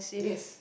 yes